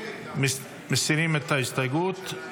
--- מסירים את ההסתייגות.